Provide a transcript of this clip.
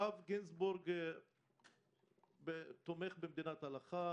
הרב גינזבורג תומך במדינת הלכה.